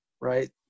right